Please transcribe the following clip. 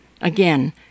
again